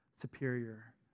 superior